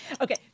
Okay